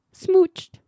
smooched